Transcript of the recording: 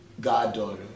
goddaughter